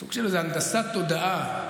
סוג של הנדסת תודעה.